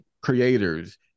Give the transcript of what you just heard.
creators